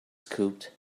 scooped